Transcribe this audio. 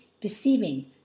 deceiving